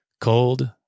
cold